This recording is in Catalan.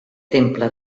temple